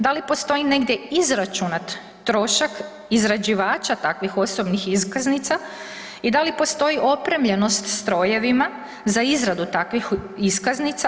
Da li postoji negdje izračunat trošak izrađivača takvih osobnih iskaznica i da li postoji opremljenost strojevima za izradu takvih iskaznica?